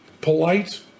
polite